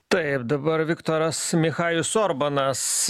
taip dabar viktoras michajus orbanas